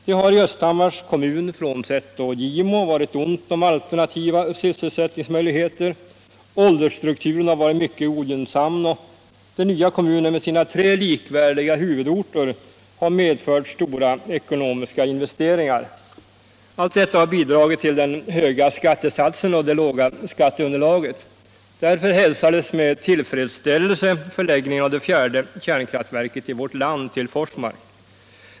Det har i Östhammars kommun, frånsett Gimo, varit ont om alternativa sysselsättningsmöjligheter. Åldersstrukturen har varit mycket ogynnsam och den nya kommunen med sina tre likvärdiga huvudorter har medfört stora ekonomiska satsningar. Allt detta har bidragit till den höga skat 49 tesatsen och det låga skatteunderlaget. Därför hälsades med tillfredsställelse förläggningen av det fjärde kärnkraftverket i vårt land till Forsmark.